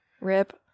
rip